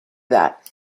that